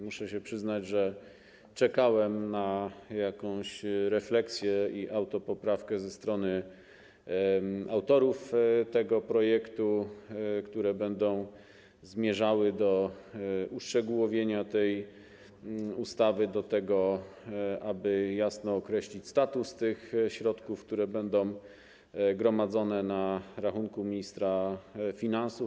Muszę się przyznać, że czekałem na jakąś refleksję i autopoprawkę ze strony autorów tego projektu, które zmierzałyby do uszczegółowienia tej ustawy, do tego, aby jasno określić status tych środków, które będą gromadzone na rachunku ministra finansów.